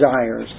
desires